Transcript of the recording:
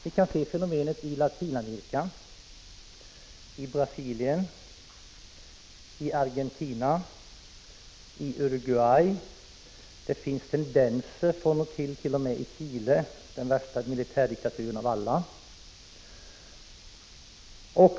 Vi kan se fenomenen i Latinamerika, i Brasilien, Argentina och Uruguay. Det finns till och från tendenser till detta även i Chile, den värsta militärdiktaturen av alla.